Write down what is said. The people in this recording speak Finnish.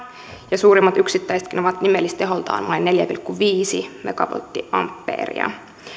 ja suurimmat yksittäisetkin ovat nimellisteholtaan vain neljä pilkku viisi megavolttiampeeria